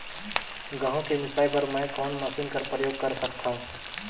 गहूं के मिसाई बर मै कोन मशीन कर प्रयोग कर सकधव?